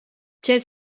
ch’el